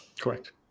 correct